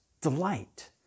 delight